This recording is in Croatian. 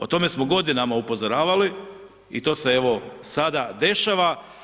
O tome smo godinama upozoravali i to se evo sada dešava.